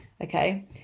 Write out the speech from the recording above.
okay